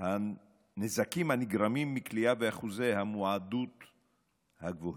הנזקים הנגרמים מכליאה ואחוזי המועדות הגבוהים.